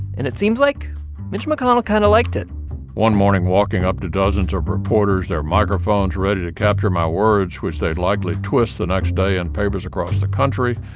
and it seems like mitch mcconnell kind of liked it one morning, walking up to dozens of reporters, their microphones ready to capture my words, which they'd likely twist the next day in papers across the country,